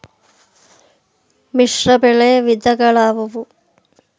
ಮಿಶ್ರಬೆಳೆ ವಿಧಗಳಾವುವು?